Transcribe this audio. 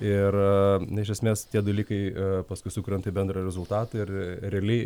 ir iš esmės tie dalykai paskui sukuria tą bendrą rezultatą ir realiai